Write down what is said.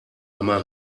einmal